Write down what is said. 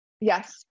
Yes